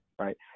right